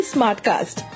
Smartcast